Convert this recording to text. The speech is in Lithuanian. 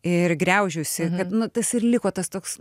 ir graužiausi kad nu tas ir liko tas toks